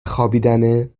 خوابیدنه